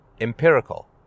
empirical